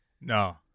No